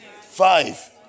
Five